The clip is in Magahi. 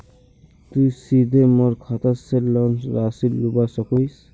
तुई सीधे मोर खाता से लोन राशि लुबा सकोहिस?